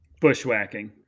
Bushwhacking